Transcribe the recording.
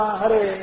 Hare